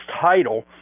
title